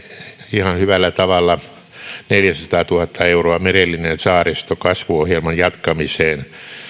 ihan hyvällä tavalla neljäsataatuhatta euroa merellinen saaristo kasvuohjelman jatkamiseen